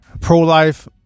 Pro-life